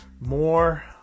more